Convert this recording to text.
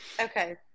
okay